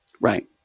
Right